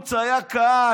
ובחוץ היה קהל.